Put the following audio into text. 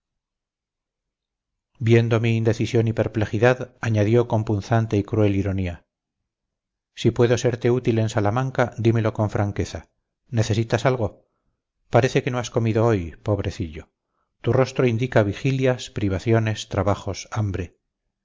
viendo mi indecisión y perplejidad añadió con punzante y cruel ironía si puedo serte útil en salamanca dímelo con franqueza necesitas algo parece que no has comido hoy pobrecillo tu rostro indica vigilias privaciones trabajos hambre